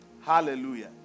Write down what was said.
Hallelujah